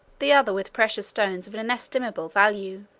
the other with precious stones of an inestimable value.